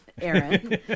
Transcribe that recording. Aaron